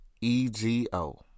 E-G-O